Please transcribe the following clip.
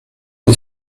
the